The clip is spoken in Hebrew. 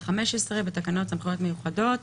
סמכויות מיוחדות